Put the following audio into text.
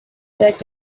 that